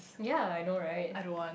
ya I know right